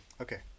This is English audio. Okay